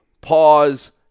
pause